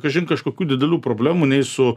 kažin kažkokių didelių problemų nei su